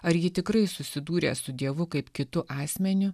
ar ji tikrai susidūrė su dievu kaip kitu asmeniu